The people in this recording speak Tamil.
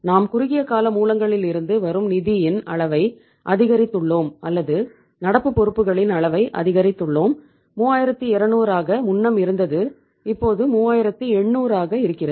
நாம் குறுகிய கால மூலங்களிலிருந்து வரும் நிதியின் அளவை அதிகரித்துள்ளோம் அல்லது நடப்பு பொறுப்புகளின் அளவை அதிகரித்துள்ளோம் 3200 ஆகா முன்னம் இருந்தது இப்போது 3800 ஆக இருக்கிறது